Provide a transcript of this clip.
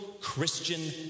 Christian